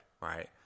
right